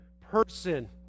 person